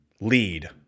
lead